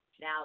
Now